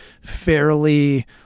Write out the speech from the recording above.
fairly